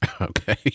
Okay